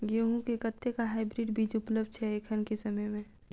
गेंहूँ केँ कतेक हाइब्रिड बीज उपलब्ध छै एखन केँ समय मे?